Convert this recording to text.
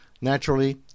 Naturally